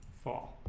fall